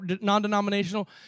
non-denominational